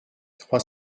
trois